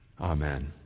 Amen